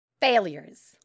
Failures